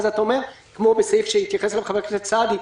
כמו בסעיף שהתייחס אליו חבר הכנסת סעדי,